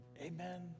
Amen